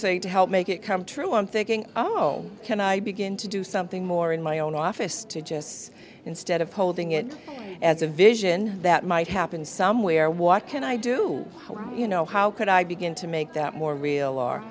saying to help make it come true i'm thinking oh can i begin to do something more in my own office to just say instead of holding it as a vision that might happen somewhere what can i do you know how could i begin to make that more real